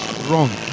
wrong